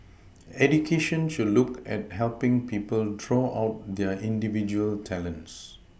education should look at helPing people draw out their individual talents